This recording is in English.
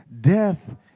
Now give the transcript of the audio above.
death